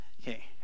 Okay